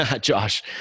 Josh